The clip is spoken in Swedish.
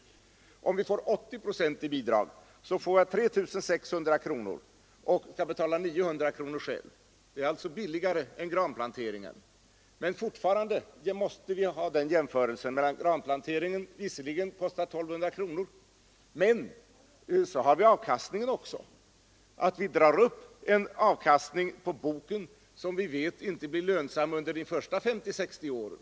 Om vi får 80 procent i bidrag får jag 3 600 kronor och skall betala 900 kronor själv. Mina egna utgifter är alltså billigare än granplanteringen. Men så har vi avkastningen också. Vi drar upp en bokskog som vi vet inte blir lönsam under de första 50—60 åren.